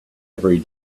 every